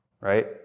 right